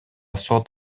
сот